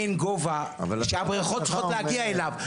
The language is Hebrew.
אין גובה שהבריכות צריכות להגיע אליו,